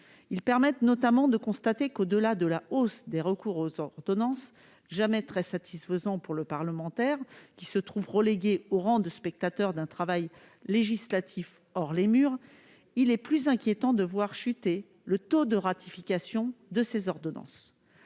ils permettent notamment de constater qu'au-delà de la hausse des recours aux ordonnances jamais très satisfaisant pour le parlementaire qui se trouve relégué au rang de spectateur d'un travail législatif hors les murs, il est plus inquiétant de voir chuter le taux de ratification de ces ordonnances,